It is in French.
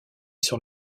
sur